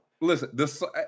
Listen